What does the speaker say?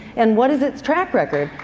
and what is its track record?